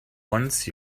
once